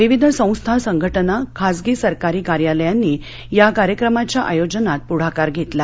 विविध संस्था संघटना खाजगी सरकारी कार्यालयांनी या कार्यक्रमांच्या आयोजनात पुढाकार घत्त्वा